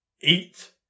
eat